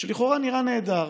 שלכאורה נראה נהדר